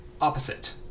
opposite